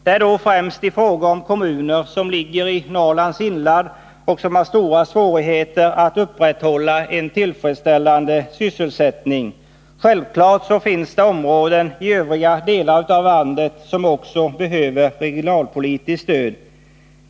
Det är då främst fråga om kommuner som ligger i Norrlands inland och som har stora svårigheter att upprätthålla en tillfredsställande sysselsättning. Självfallet finns det områden i övriga delar av landet som också behöver regionalpolitiskt stöd.